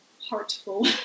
heartful